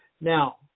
Now